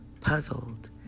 Puzzled